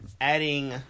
Adding